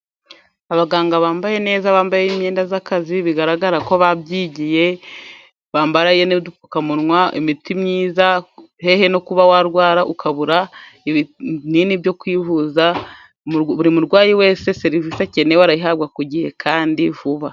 Abaganga bambaye neza bambaye imyenda y'akazi bigaragarako babyigiye bambaye udupfukamunwa, imiti myiza, hehe no kuba warwara ukabura ibinini byo kwivuza! buri murwayi wese serivisi akeneye arayihabwa ku gihe kandi vuba.